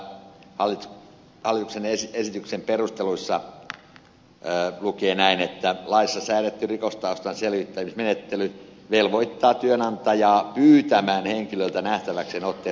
täällä hallituksen esityksen perusteluissa lukee näin että laissa säädetty rikostaustan selvitysmenettely velvoittaa työnantajaa pyytämään henkilöltä nähtäväkseen otteen rikosrekisteristä